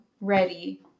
ready –